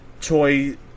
toy